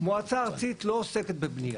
המועצה הארצית לא עוסקת בבנייה,